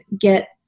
get